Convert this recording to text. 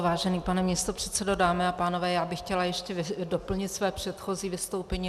Vážený pane místopředsedo, dámy a pánové, já bych chtěla ještě doplnit své předchozí vystoupení.